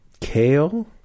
Kale